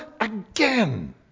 again